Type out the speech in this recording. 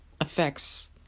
affects